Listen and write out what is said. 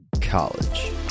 college